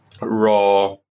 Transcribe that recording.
raw